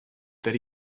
that